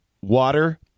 water